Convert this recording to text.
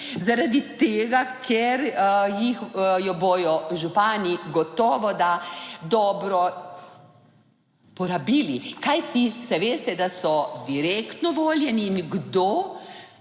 zaradi tega, ker jih, jo bodo župani gotovo da dobro porabili, kajti, saj veste, da so direktno voljeni in kdo,